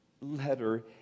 letter